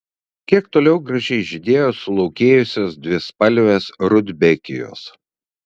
kiek toliau gražiai žydėjo sulaukėjusios dvispalvės rudbekijos